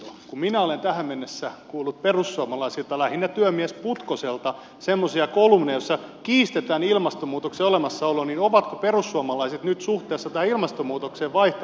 kun minä olen tähän mennessä kuullut perussuomalaisilta lähinnä työmies putkoselta semmoisia kolumneja joissa kiistetään ilmastonmuutoksen olemassaolo niin ovatko perussuomalaiset nyt suhteessa tähän ilmastonmuutokseen vaihtaneet linjaa